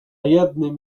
jednym